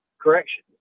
correction